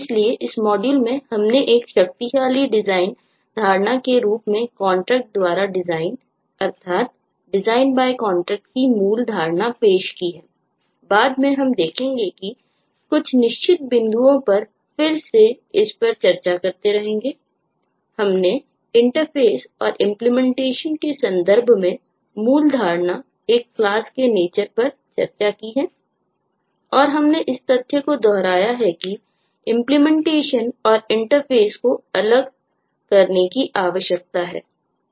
इसलिए इस मॉड्यूल को अलग करने की आवश्यकता है